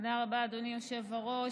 תודה רבה, אדוני היושב-ראש.